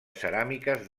ceràmiques